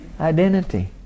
Identity